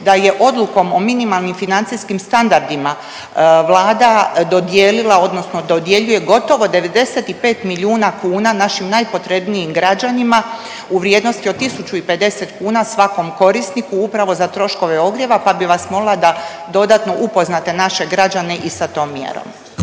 da je odlukom o minimalnim financijskim standardima vlada dodijelila odnosno dodjeljuje gotovo 95 milijuna kuna našim najpotrebnijim građanima u vrijednosti od 1.050 kuna svakom korisniku upravo za troškove ogrjeva, pa bi vas molila da dodatno upoznate naše građane i sa tom mjerom.